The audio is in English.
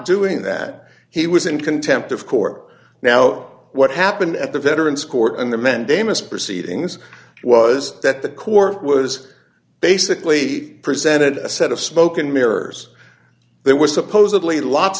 doing that he was in contempt of court now what happened at the veterans court and the men damus proceedings was that the court was basically presented a set of smoke and mirrors there was supposedly lots